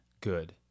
good